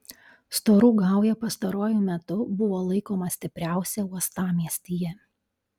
storų gauja pastaruoju metu buvo laikoma stipriausia uostamiestyje